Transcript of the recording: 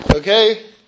Okay